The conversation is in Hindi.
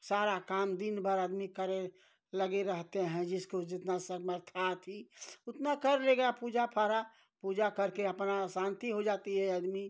सारा काम दिन भर आदमी करे लगे रहते हैं जिसको जितना सामर्थ्य था थी उतना कर लेगा पूजा पारा पूजा कर के अपना शांति हो जाती है आदमी